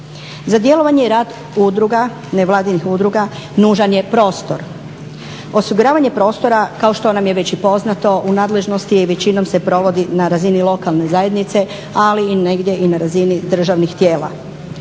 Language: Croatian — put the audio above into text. Za djelovanje i rad udruga, nevladinih udruga nužan je prostor. Osiguravanje prostora kao što nam je već i poznato, u nadležnosti je i većinom se provodi na razini lokalne zajednice, ali negdje i na razini državnih tijela.